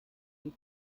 ich